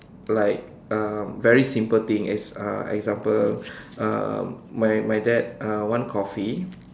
like um very simple thing as uh example um my my dad um want coffee